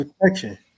protection